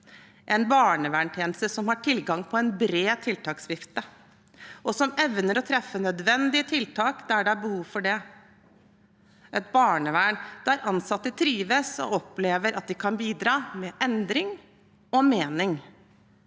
en barneverntjeneste som har tilgang på en bred tiltaksvifte, og som evner å treffe nødvendige tiltak der det er behov for det – et barnevern der ansatte trives og opplever at de kan bidra med endring og mening